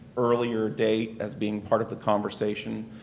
earlier date as being part of the conversation.